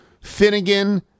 Finnegan